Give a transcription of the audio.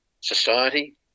society